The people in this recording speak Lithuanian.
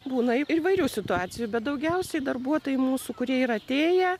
būna įvairių situacijų bet daugiausiai darbuotojų mūsų kurie yra atėję